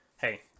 hey